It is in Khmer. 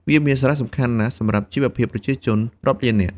វាមានសារៈសំខាន់ណាស់សម្រាប់ជីវភាពប្រជាជនរាប់លាននាក់។